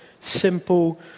simple